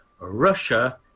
Russia